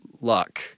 luck